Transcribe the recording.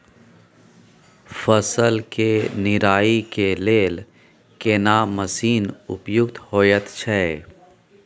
फसल के निराई के लेल केना मसीन उपयुक्त होयत छै?